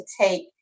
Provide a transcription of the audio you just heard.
take